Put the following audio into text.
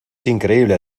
increíble